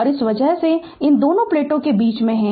और इस वजह से इन दोनों प्लेटों के बीच में हैं